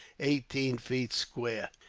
eighteen feet square.